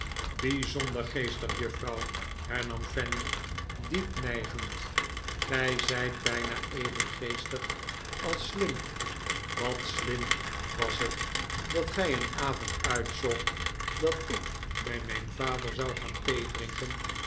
bijzonder geestig juffrouw hernam fanny diep nijgend gij zijt bijna even geestig als slim wat slim was het dat gij een avond uitzocht dat ik bij mijn vader zou gaan